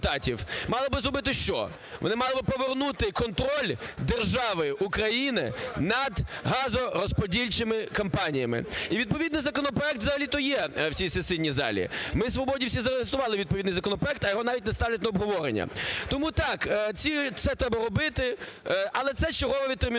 мали б зробити що? Вони мали б повернути контроль держави України над газорозподільчими компаніями. І відповідний законопроект взагалі-то є в цій сесійній залі, ми, свободівці, зареєстрували відповідний законопроект, а його навіть не ставлять на обговорення. Тому так, це треба робити, але це чергове відтермінування